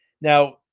Now